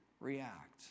react